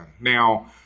Now